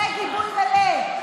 זה גיבוי מלא.